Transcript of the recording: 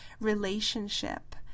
relationship